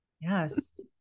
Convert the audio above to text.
Yes